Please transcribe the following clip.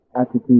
attitude